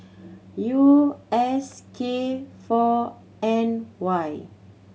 U S K four N Y